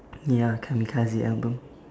ya kamikaze album